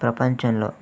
ప్రపంచంలో